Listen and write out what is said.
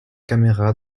caméra